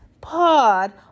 pod